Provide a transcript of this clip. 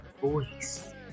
voice